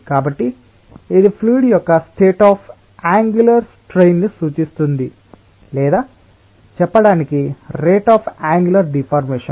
కాబట్టి ఇది ఫ్లూయిడ్ యొక్క స్టేట్ అఫ్ అన్గులర్ స్ట్రైన్ ని సూచిస్తుంది లేదా చెప్పటానికి రేట్ అఫ్ అన్గులర్ డిఫార్మేషన్